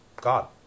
God